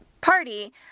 party